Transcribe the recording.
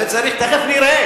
את זה צריך, תיכף נראה.